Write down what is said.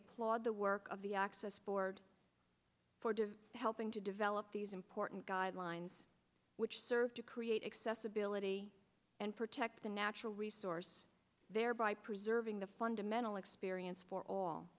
applaud the work of the access board for to helping to develop these important guidelines which serve to create accessibility and protect the natural resource thereby preserving the fundamental experience for